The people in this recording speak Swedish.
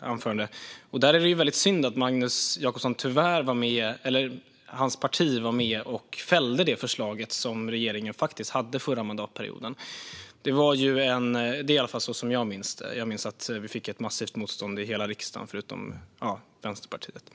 anförande. Det är väldigt synd att Magnus Jacobsson - eller hans parti - var med och fällde det förslag som regeringen hade förra mandatperioden. Det är i alla fall så jag minns det; jag minns att vi fick massivt motstånd från hela riksdagen förutom Vänsterpartiet.